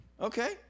Okay